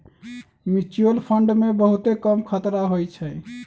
mutual fund मे बहुते कम खतरा होइ छइ